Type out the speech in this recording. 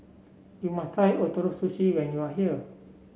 you must try Ootoro Sushi when you are here